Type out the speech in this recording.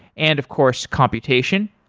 and of course, computation.